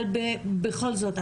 אבל בכל זאת,